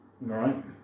Right